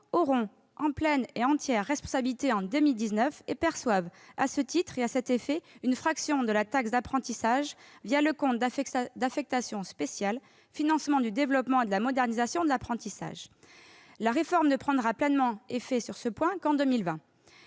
pleine et entière en 2019 et perçoivent à ce titre une fraction de la taxe d'apprentissage le compte d'affectation spéciale « Financement du développement et de la modernisation de l'apprentissage ». La réforme ne prendra pleinement effet, sur ce point, qu'en 2020.